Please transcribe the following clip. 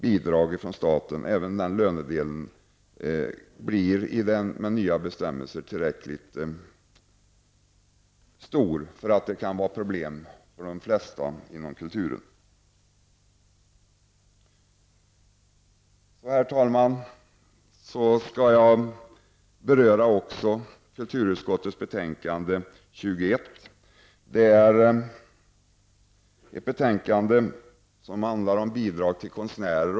Bidraget enligt de nya bestämmelserna måste bli tillräckligt stort, eftersom det kan bli problem för de flesta på kulturområdet. Herr talman! Sedan skall jag också beröra kulturutskottets betänkande 21. Betänkandet handlar om bidrag till konstnärer.